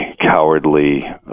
cowardly